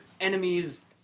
Enemies